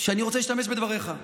אני רוצה להשתמש בדבריך.